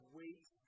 wait